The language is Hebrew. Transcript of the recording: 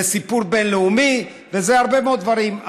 זה סיפור בין-לאומי וזה הרבה מאוד דברים,